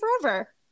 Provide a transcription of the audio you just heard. forever